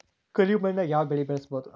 ಕರಿ ಮಣ್ಣಾಗ್ ಯಾವ್ ಬೆಳಿ ಬೆಳ್ಸಬೋದು?